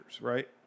right